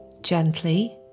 gently